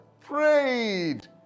prayed